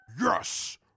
Yes